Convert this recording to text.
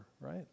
right